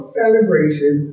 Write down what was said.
celebration